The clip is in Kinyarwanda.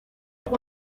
ati